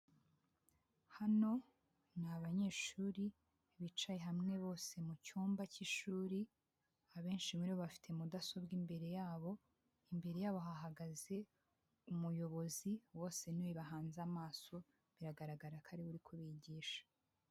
Hano ni abanyeshuri bicaye hamwe bose mu cyumba cy'ishuri, abenshi muri bo bafite mudasobwa imbere yabo. Imbere yabo hahagaze umuyobozi, bose niwe bahanze amaso biragaragara ko ariwe uri kubigisha.